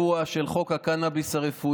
נגד מוסי רז,